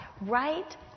right